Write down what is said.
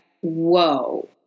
whoa